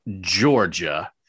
Georgia